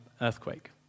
earthquake